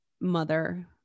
mother